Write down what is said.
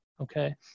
Okay